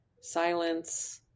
silence